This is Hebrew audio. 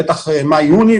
בטח לגבי מאי-יוני,